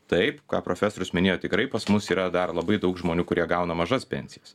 taip ką profesorius minėjo tikrai pas mus yra dar labai daug žmonių kurie gauna mažas pensijas